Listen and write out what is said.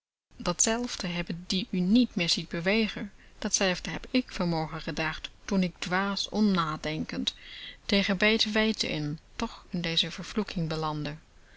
datzelfde hebben die u niet meer ziet bewegen datzelfde heb ik vanmorgen gedacht toen k dwaas onnadenkend tegen beter weten in toch in deze vervloeking belandde